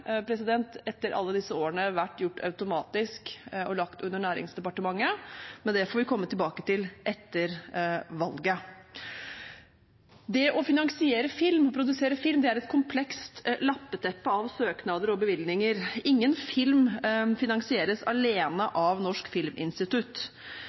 etter alle disse årene vært gjort automatisk og lagt under Næringsdepartementet, men det får vi komme tilbake til etter valget. Det å finansiere film og produsere film er et komplekst lappeteppe av søknader og bevilgninger. Ingen film finansieres